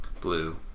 Blue